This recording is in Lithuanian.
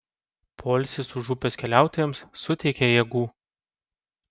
poilsis už upės keliautojams suteikė jėgų